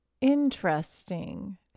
Interesting